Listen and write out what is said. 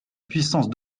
puissance